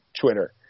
Twitter